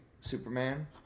Superman